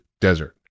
desert